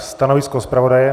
Stanovisko zpravodaje?